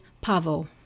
pavo